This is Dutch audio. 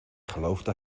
geloofde